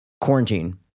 Quarantine